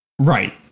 Right